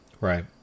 right